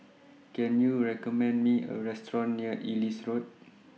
Can YOU recommend Me A Restaurant near Ellis Road